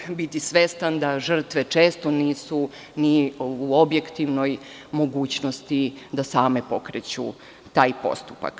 Treba biti svestan da žrtve često nisu ni u objektivnoj mogućnosti da same pokreću taj postupak.